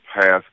past